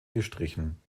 gestrichen